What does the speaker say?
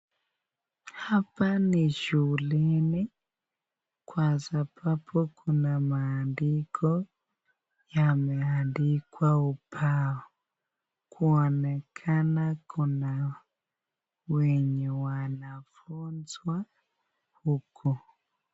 Hapa ni shuleni, kwa sababu kuna maandiko yameandikwa kwa ubao, kunaonekana kuna wenye wanafundishwa huku.